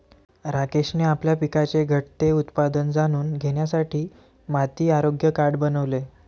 राकेशने आपल्या पिकाचे घटते उत्पादन जाणून घेण्यासाठी माती आरोग्य कार्ड बनवले